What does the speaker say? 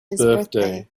birthday